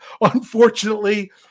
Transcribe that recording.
Unfortunately